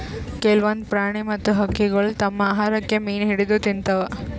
ಕೆಲ್ವನ್ದ್ ಪ್ರಾಣಿ ಮತ್ತ್ ಹಕ್ಕಿಗೊಳ್ ತಮ್ಮ್ ಆಹಾರಕ್ಕ್ ಮೀನ್ ಹಿಡದ್ದ್ ತಿಂತಾವ್